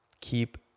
Keep